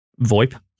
VoIP